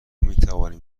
میتوانیم